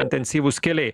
intensyvūs keliai